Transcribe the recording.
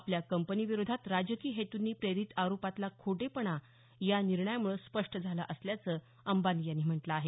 आपल्या कंपनीविरोधात राजकीय हेतूंनी प्रेरित आरोपातला खोटेपणा या निर्णयामुळे स्पष्ट झाला असल्याचं अंबानी यांनी म्हटलं आहे